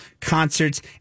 concerts